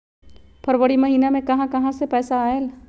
फरवरी महिना मे कहा कहा से पैसा आएल?